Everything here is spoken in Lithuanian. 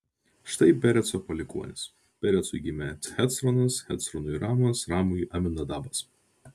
štai pereco palikuonys perecui gimė hecronas hecronui ramas ramui aminadabas